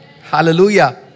Hallelujah